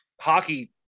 hockey